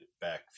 back